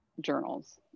journals